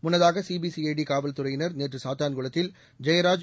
முன்னதாக சிபிசிஐடி காவல்துறையினர் நேற்று சாத்தான்குளத்தில் ஜெயராஜ்